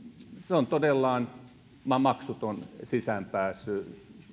on todella maksuton sisäänpääsy